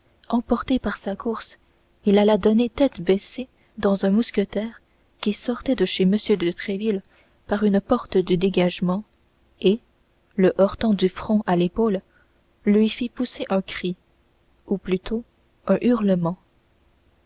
emporté par sa course il alla donner tête baissée dans un mousquetaire qui sortait de chez m de tréville par une porte de dégagement et le heurtant du front à l'épaule lui fit pousser un cri ou plutôt un hurlement